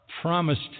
promised